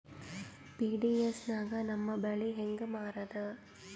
PDS ನಾಗ ನಮ್ಮ ಬ್ಯಾಳಿ ಹೆಂಗ ಮಾರದ?